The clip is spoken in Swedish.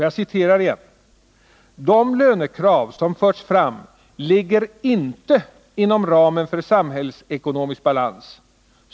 Jag citerar: ”De lönekrav som förts fram ligger inte inom ramen för samhällsekonomisk balans.